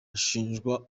ashinjwa